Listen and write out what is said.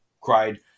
cried